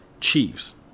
Chiefs